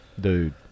Dude